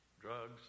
drugs